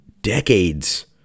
decades